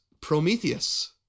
prometheus